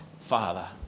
Father